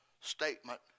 statement